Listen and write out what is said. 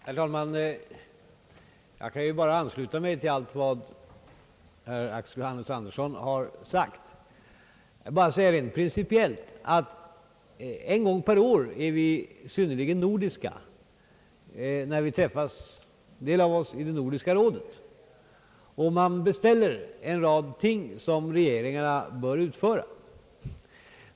Herr talman! Jag kan bara ansluta mig till vad herr Axel Johannes Andersson här har sagt. Jag vill bara rent principiellt säga att vi en gång per år är synnerligen nordiska, när en del av oss träffas i Nordiska rådet och gör en lång rad beställningar som regeringarna skall effektuera.